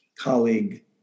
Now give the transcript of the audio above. colleague